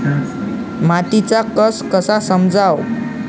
मातीचा कस कसा समजाव?